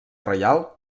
reial